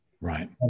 Right